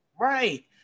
Right